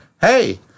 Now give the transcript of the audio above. hey